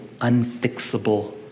unfixable